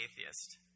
atheist